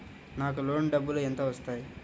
నాకు లోన్ డబ్బులు ఎంత వస్తాయి?